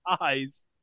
eyes